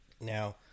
Now